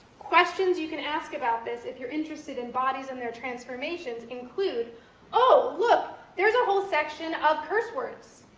questions you can ask about this, if you're interested in bodies and their transformations include oh look, there's a whole section of curse words,